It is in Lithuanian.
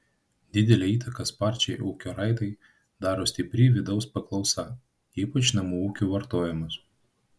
didelę įtaką sparčiai ūkio raidai daro stipri vidaus paklausa ypač namų ūkių vartojimas